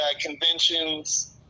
conventions